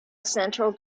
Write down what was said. central